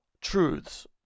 truths